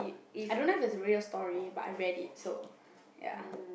I don't know if it's a real story but I read it so ya